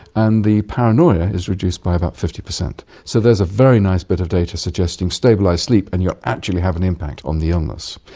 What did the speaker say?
and the paranoia is reduced by about fifty percent. so there's a very nice bit of data suggesting stabilise sleep and you'll actually have an impact on the illness.